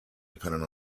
dependent